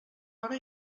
hora